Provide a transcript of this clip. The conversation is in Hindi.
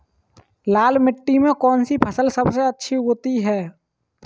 लाल मिट्टी में कौन सी फसल सबसे अच्छी उगती है?